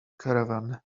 caravan